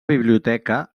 biblioteca